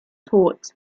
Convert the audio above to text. tod